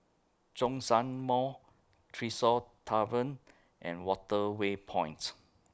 Zhongshan Mall Tresor Tavern and Waterway Points